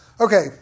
Okay